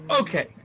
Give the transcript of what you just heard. Okay